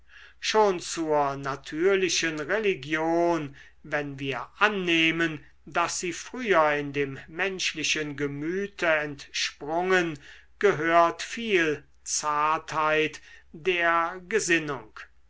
schon zur natürlichen religion wenn wir annehmen daß sie früher in dem menschlichen gemüte entsprungen gehört viel zartheit der gesinnung